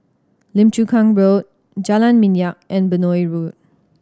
Lim Chu Kang Road Jalan Minyak and Benoi Road